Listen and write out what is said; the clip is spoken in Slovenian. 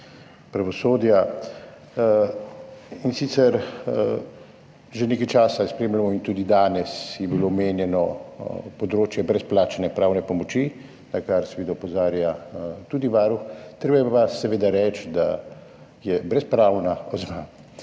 pravosodja. In sicer, že nekaj časa spremljamo in tudi danes je bilo omenjeno področje brezplačne pravne pomoči, na kar seveda opozarja tudi Varuh. Treba je pa reči, da je brezplačna